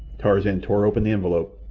tarzan tore open the envelope,